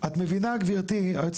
את מבינה גברתי,